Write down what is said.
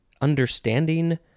understanding